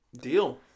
Deal